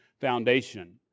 Foundation